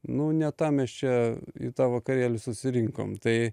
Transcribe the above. nu ne tam mes čia į tą vakarėlį susirinkom tai